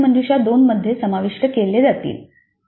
आणि हे प्रश्नमंजुषा 2 मध्ये समाविष्ट केले जातील